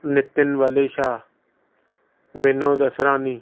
Nitin Valesha Vinod Asrani